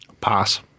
Pass